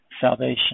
salvation